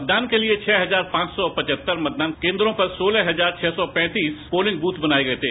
मतदान के लिये छह हजार पांच सी पचहत्तर मतदान केन्द्रों पर सोलह हजार छह सौ पैंतीस पोलिंग बूथ बनाये गये थे